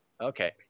okay